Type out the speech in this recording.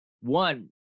one